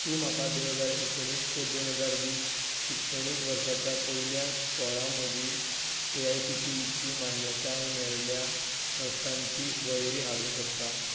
तूं म्हाका दोन हजार एकुणीस तें दोन हजार वीस शिक्षणीक वर्साच्या पयल्या सोळा मदीं A I C T E ची मान्यताय मेळिल्ल्या संस्थांची वळेरी हाडूंक शकता